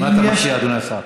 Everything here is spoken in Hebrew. מה אתה מציע, אדוני השר?